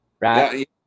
Right